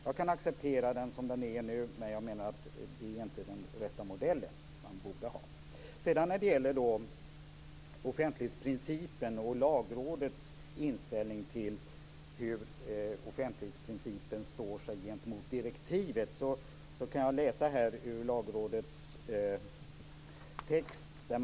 Jag kan acceptera den som den nu är, men jag menar att det inte är den rätta modellen som man borde ha. Beträffande Lagrådets inställning till hur offentlighetsprincipen står sig gentemot direktivet, kan jag läsa vad Lagrådet har skrivit.